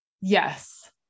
yes